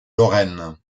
lorraine